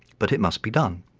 but it must be done.